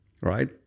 right